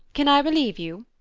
can i relieve you?